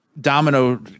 Domino